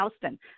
Houston